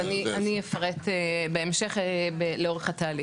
אז אני אפרט בהמשך לאורך התהליך.